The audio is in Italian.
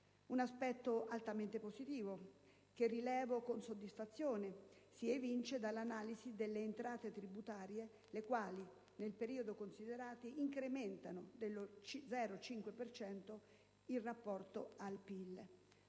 Un aspetto altamente positivo che rilevo con soddisfazione si evince dall'analisi delle entrate tributarie, le quali nel periodo considerato registrano un incremento dello 0,5 per cento in rapporto al PIL,